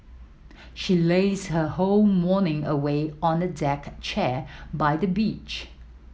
she lazed her whole morning away on a deck chair by the beach